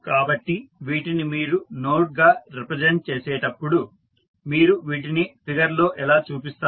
కాబట్టి వీటిని మీరు నోడ్ గా రిప్రజెంట్ చేసేటపుడు మీరు వీటిని ఫిగర్ లో ఎలా చూపిస్తారు